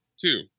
Two